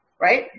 right